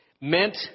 meant